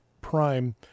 prime